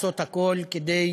לעשות הכול כדי